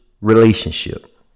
relationship